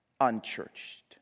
unchurched